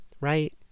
right